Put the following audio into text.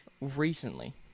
recently